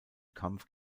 kampf